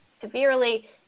severely